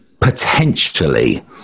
potentially